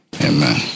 Amen